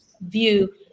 view